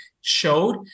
showed